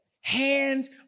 hands